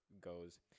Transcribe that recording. goes